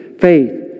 faith